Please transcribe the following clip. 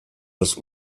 das